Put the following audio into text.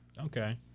Okay